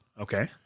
Okay